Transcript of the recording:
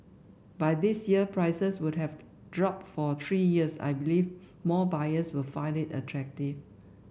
by this year prices would have dropped for three years I believe more buyers will find it attractive